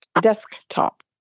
desktop